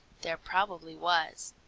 there probably was.